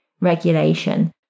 regulation